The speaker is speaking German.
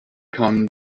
kamen